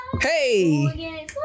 Hey